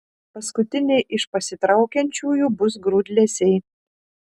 paskutiniai iš pasitraukiančiųjų bus grūdlesiai